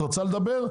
את רוצה לדבר?